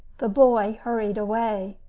the boy hurried away.